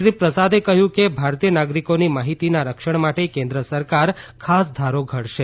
શ્રી પ્રસાદે કહ્યું કે ભારતીય નાગરિકોની માહિતીના રક્ષણ માટે કેન્દ્ર સરકાર ખાસ ધારો ધડશે